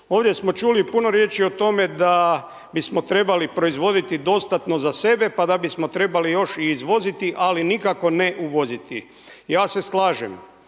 Ovdje smo čuli puno riječi o tome da bi smo trebali proizvoditi dostatno za sebe, pa da bi smo trebali još izvoziti, ali nikako ne uvoziti. Ja se slažem,